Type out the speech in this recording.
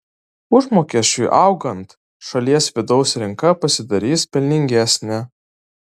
užmokesčiui augant šalies vidaus rinka pasidarys pelningesnė